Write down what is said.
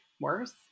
worse